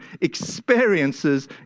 experiences